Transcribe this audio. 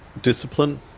discipline